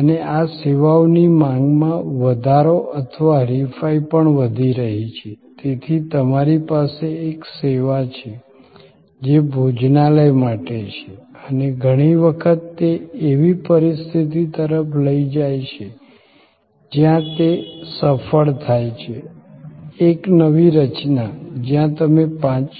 અને આ સેવાઓની માંગમાં વધારો અથવા હરીફાઈ પણ વધી રહી છે તેથી તમારી પાસે એક સેવા છે જે ભોજનાલય માટે છે અને ઘણી વખત તે એવી પરિસ્થિતિ તરફ લઈ જાય છે જ્યાં તે સફળ થાય છે એક નવી રચના જ્યાં તમે પાંચ